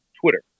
Twitter